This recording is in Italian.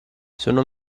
sono